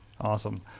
Awesome